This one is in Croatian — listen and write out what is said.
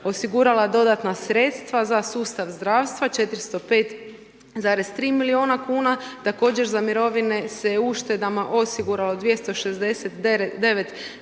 osigurala dodatna sredstva, za sustav zdravstva 405,3 milijuna kuna, također za mirovine se uštedama osiguralo 269,2 milijuna